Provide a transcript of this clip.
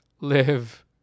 live